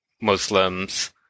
Muslims